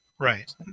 Right